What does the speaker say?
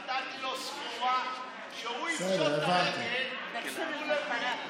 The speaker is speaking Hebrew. נתתי לו סחורה, כשהוא יפשוט את הרגל, ייתנו למי?